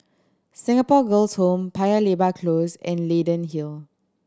Singapore Girls' Home Paya Lebar Close and Leyden Hill